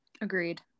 Agreed